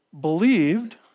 believed